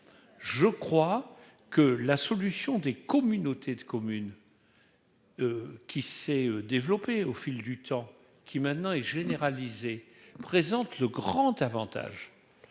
je crois que la solution des communautés de communes qui s'est développée au fil du temps, qui maintenant est généralisé, présente le grand Avantage